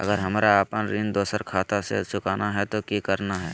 अगर हमरा अपन ऋण दोसर खाता से चुकाना है तो कि करना है?